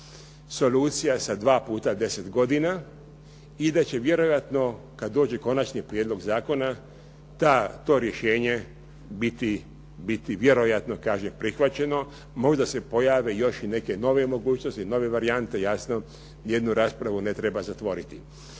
solucija sa dva puta 10 godina i da će vjerojatno kad dođe konačni prijedlog zakona to rješenje biti vjerojatno kažem prihvaćeno. Možda se pojave još i neke nove mogućnosti, nove varijante, jasno jednu raspravu ne treba zatvoriti.